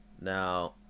Now